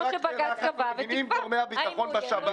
כמו שבג"ץ קבע ותקבע אם הוא יהיה או לא.